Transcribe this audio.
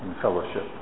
fellowship